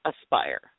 ASPIRE